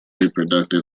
reproductive